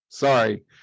Sorry